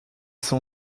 sent